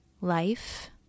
life